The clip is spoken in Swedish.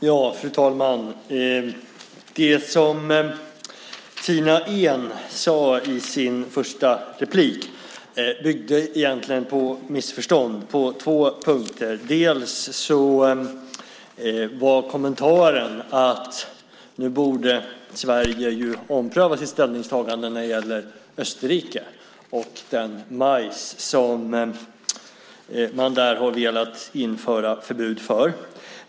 Fru talman! Det som Tina Ehn sade i sitt första inlägg bygger egentligen på missförstånd på två punkter, dels kommentaren att nu borde Sverige ompröva sitt ställningstagande när det gäller Österrike och den majs som man där har velat införa förbud mot.